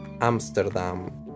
Amsterdam